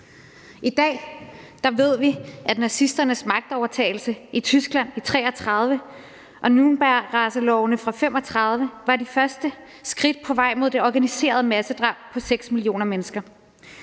I dag ved vi, at nazisternes magtovertagelse i Tyskland i 1933 og Nürnbergracelovene fra 1935 var de første skridt på vejen mod det organiserede massedrab på 6 millioner mennesker.